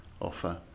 offer